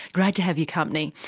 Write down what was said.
great to have your company.